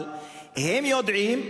אבל הם יודעים,